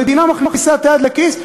המדינה מכניסה את היד לכיס,